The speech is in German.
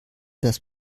das